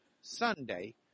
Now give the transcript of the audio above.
Sunday